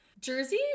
Jersey